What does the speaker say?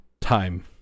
time